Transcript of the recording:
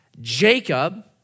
Jacob